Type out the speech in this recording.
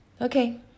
Okay